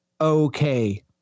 okay